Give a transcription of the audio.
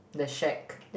the shack